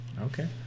okay